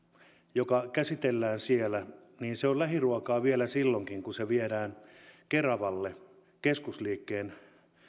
joka käsitellään siellä on lähiruokaa vielä silloinkin kun se viedään keravalle keskusliikkeen